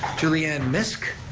julianne miszk,